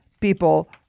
people